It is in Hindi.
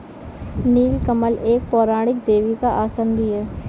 नील कमल एक पौराणिक देवी का आसन भी है